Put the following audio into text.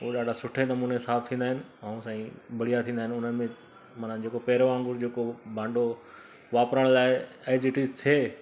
उहो ॾाढे सुठे नमूने साफ़ु थींदा आहिनि ऐं साईं बढ़िया थींदा आहिनि उन्हनि में माना जेको पहिरियों वांगुरु जेको भांडो वापरणु लाइ एजिइटिज थिए